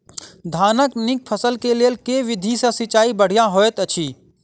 धानक नीक फसल केँ लेल केँ विधि सँ सिंचाई बढ़िया होइत अछि?